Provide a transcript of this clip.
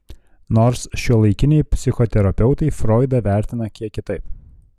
nors šiuolaikiniai psichoterapeutai froidą vertina kiek kitaip